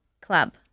Club